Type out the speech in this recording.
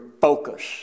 focus